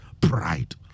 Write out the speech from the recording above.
pride